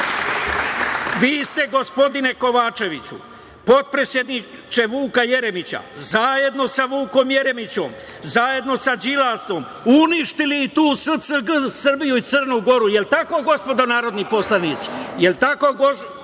vi ste gospodine Kovačeviću, potpredsedniče Vuka Jeremića, zajedno sa Vukom Jeremićem, zajedno sa Đilasom uništili i tu SCG, Srbiju i Crnu Goru. Je li tako gospodo narodni poslanici?